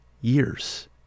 years